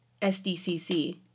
SDCC